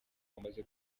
bamaze